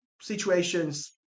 situations